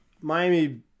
Miami